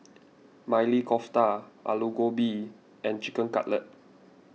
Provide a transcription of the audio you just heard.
Maili Kofta Alu Gobi and Chicken Cutlet